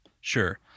Sure